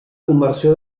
conversió